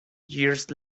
years